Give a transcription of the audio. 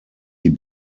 die